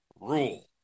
rule